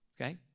okay